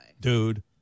dude